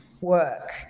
work